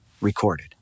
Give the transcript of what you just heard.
recorded